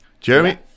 Jeremy